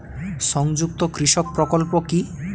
সংযুক্ত কৃষক প্রকল্প কি?